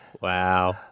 Wow